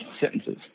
sentences